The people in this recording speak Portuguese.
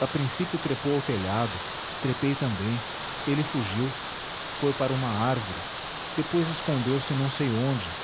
a princípio trepou ao telhado trepei também ele fugiu foi para uma árvore depois escondeu-se não sei onde